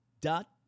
dot